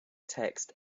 text